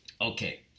Okay